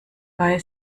bei